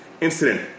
incident